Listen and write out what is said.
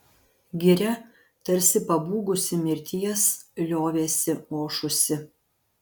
giria tarsi pabūgusi mirties liovėsi ošusi